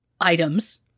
items